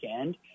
end